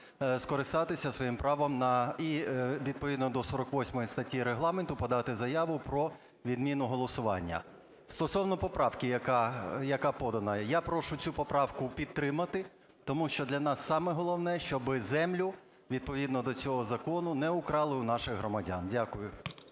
скористатися своїм правом і відповідно до 48 статті Регламенту подати заяву про відміну голосування. Стосовно поправки, яка подана. Я прошу цю поправку підтримати, тому що для нас саме головне, щоб землю відповідно до цього закону не украли у наших громадян. Дякую.